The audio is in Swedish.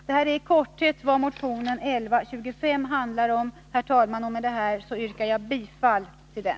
Detta är i korthet vad motionen 1125 handlar om, herr talman, och med detta yrkar jag bifall till den.